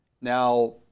Now